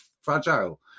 fragile